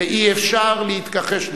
ואי-אפשר להתכחש לכך.